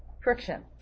friction